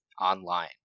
online